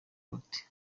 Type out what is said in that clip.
obote